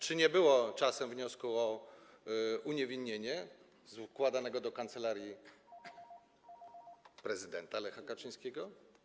Czy nie było czasem wniosku o uniewinnienie złożonego do Kancelarii Prezydenta RP Lecha Kaczyńskiego?